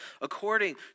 according